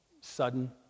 Sudden